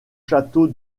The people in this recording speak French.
château